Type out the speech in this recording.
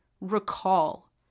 recall